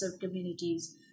communities